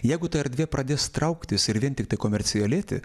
jeigu ta erdvė pradės trauktis ir vien tiktai komercialėti